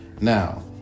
Now